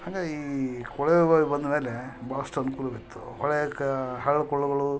ಹಂಗೆ ಈ ಕೊಳವೆ ಬಾವಿ ಬಂದಮೇಲೆ ಭಾಳಷ್ಟು ಅನುಕೂಲವಿತ್ತು ಹೊಳ್ಯಾಕೆ ಹಳ್ಳ ಕೊಳ್ಳಗಳು